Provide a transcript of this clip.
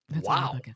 Wow